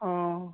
অঁ